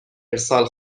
ارسال